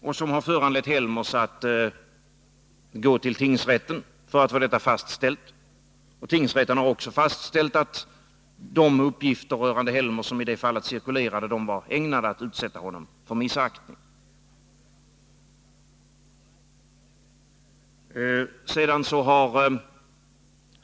Det har föranlett Helmers att gå till tingsrätten för att få detta fastställt. Tingsrätten har också fastställt att de uppgifter rörande Helmers som ii detta fall cirkulerade var ägnade att utsätta honom för missaktning.